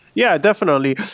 yeah, definitely.